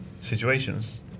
situations